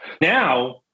Now